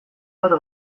bat